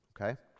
okay